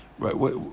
Right